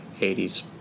80s